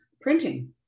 printing